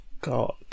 God